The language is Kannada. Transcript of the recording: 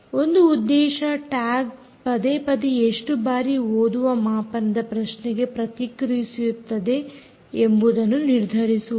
ಒಂದು ಉದ್ದೇಶ ಟ್ಯಾಗ್ ಪದೇ ಪದೇ ಎಷ್ಟು ಬಾರಿ ಓದುವ ಮಾಪನದ ಪ್ರಶ್ನೆಗೆ ಪ್ರತಿಕ್ರಿಯಿಸುತ್ತದೆ ಎಂಬುದನ್ನು ನಿರ್ಧರಿಸುವುದು